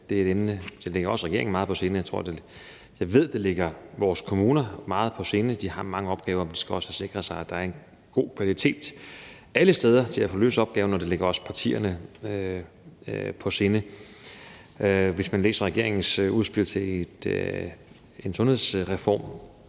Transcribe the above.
det er et emne, som også ligger regeringen meget på sinde. Jeg ved, at det ligger vores kommuner meget på sinde. De har mange opgaver, men de skal også sikre sig, at der er en god kvalitet alle steder til at få løst opgaverne. Og det ligger også partierne på sinde. Hvis man læser regeringens udspil til en sundhedsreform